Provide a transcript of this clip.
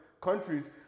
countries